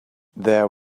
there